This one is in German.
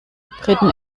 briten